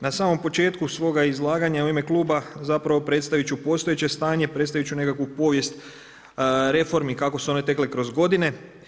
Na samom početku svoga izlaganja u ime Kluba zapravo predstavit ću postojeće stanje, predstavit ću nekakvu povijest reformi kako su one tekle kroz godine.